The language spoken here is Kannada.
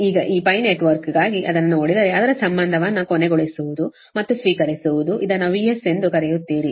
ಈಗ ನೆಟ್ವರ್ಕ್ಗಾಗ ಅದನ್ನು ನೋಡಿದರೆ ಅದರ ಸಂಬಂಧವನ್ನು ಕೊನೆಗೊಳಿಸುವುದು ಮತ್ತು ಸ್ವೀಕರಿಸುವುದು ಇದನ್ನು VS ಎಂದು ಕರೆಯುತ್ತೀರಿ